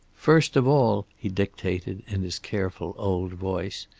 first of all, he dictated, in his careful old voice,